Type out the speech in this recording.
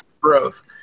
growth